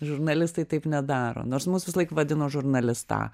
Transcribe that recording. žurnalistai taip nedaro nors mus visąlaik vadino žurnalistą